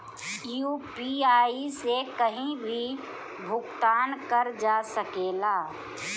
UPI से कहीं भी भुगतान कर जा सकेला?